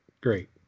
Great